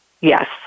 Yes